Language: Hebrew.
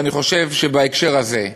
ואני חושב שבהקשר הזה,